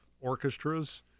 orchestras